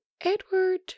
Edward